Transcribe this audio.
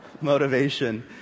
motivation